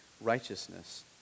righteousness